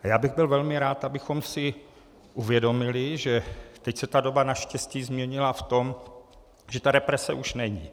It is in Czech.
Já bych byl velmi rád, abychom si uvědomili, že teď se doba naštěstí změnila v tom, že represe už není.